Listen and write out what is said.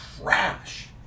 trash